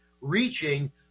reaching